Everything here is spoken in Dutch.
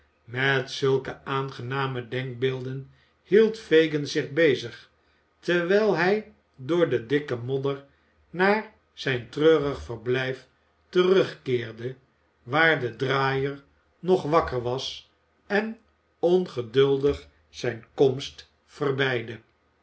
met zulke aangename denkbeelden hield fagin zich bezig terwijl hij door de dikke modder naar zijn treurig verblijf terugkeerde waar de draaier nog wakker was en ongeduldig zijn komst